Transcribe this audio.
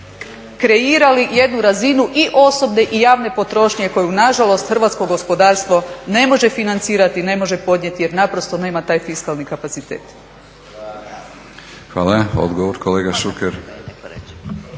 kreirali jednu razinu i osobne i javne potrošnje koju nažalost hrvatsko gospodarstvo ne može financirati i ne može podnijeti jer naprosto nema taj fiskalni kapacitet.